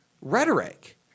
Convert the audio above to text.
rhetoric